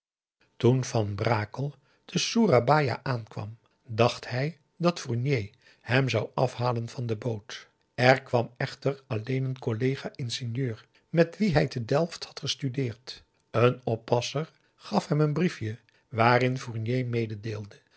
toen van brakel te soerabaia aankwam dacht hij dat fournier hem zou afhalen van de boot er kwam echter alleen een collega ingenieur met wien hij te delft had gestudeerd een oppasser gaf hem een briefje waarin fournier